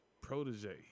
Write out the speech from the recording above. Protege